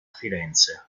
firenze